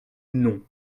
non